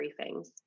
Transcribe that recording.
briefings